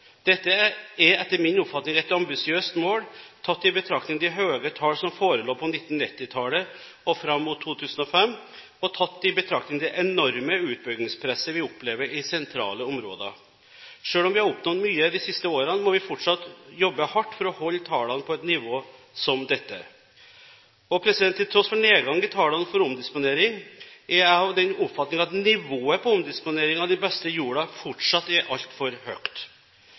Dette er etter min oppfatning et ambisiøst mål, tatt i betraktning de høye tallene som forelå på 1990-tallet og fram mot 2005, og tatt i betraktning det enorme utbyggingspresset vi opplever i sentrale områder. Selv om vi har oppnådd mye de siste årene, må vi fortsatt jobbe hardt for å holde tallene på et nivå som dette. Til tross for nedgang i tallene for omdisponering er jeg av den oppfatning at nivået på omdisponeringen av den beste jorda fortsatt er altfor høyt.